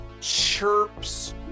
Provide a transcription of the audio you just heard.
chirps